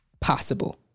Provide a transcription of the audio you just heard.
possible